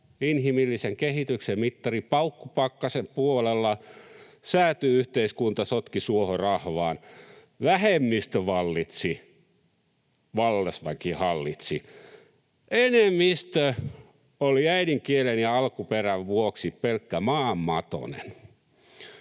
inhimillisen kehityksen mittari paukkupakkasen puolella. Sääty-yhteiskunta sotki suohon rahvaan, vähemmistö vallitsi, vallasväki hallitsi. Enemmistö oli äidinkielen ja alkuperän vuoksi pelkkä maan matonen.